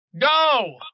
Go